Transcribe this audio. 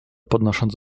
podnosząc